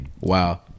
Wow